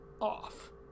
off